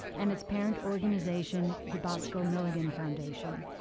and its parent organization, the boss co-milligan foundation.